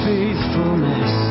Faithfulness